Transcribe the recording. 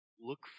look